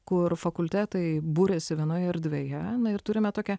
kur fakultetai būriasi vienoje erdvėje ir turime tokią